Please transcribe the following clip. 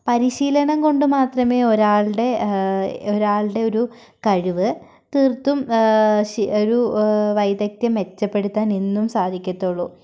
പരിശീലനം കൊണ്ട് മാത്രമേ ഒരാളുടെ ഒരാളുടെ ഒരു കഴിവ് തീർത്തും ഒരു വൈദഗ്ദ്ധ്യം മെച്ചപ്പെടുത്താൻ എന്നും സാധിക്കത്തുള്ളു